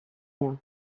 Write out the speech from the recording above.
rien